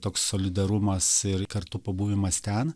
toks solidarumas ir kartu pabuvimas ten